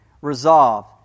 Resolve